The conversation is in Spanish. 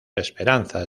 esperanzas